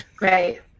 right